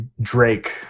Drake